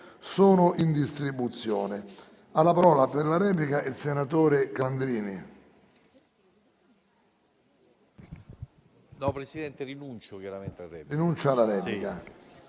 sono in distribuzione.